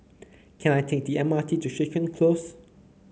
can I take the M R T to Crichton Close